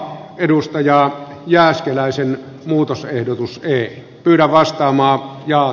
edustaja jääskeläisen muutosehdotus menee kyllä vastaamaan ja